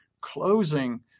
closing